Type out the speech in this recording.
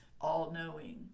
all-knowing